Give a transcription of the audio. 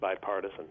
bipartisan